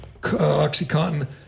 OxyContin